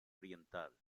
oriental